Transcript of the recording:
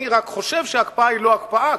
אני רק חושב שההקפאה היא לא הקפאה,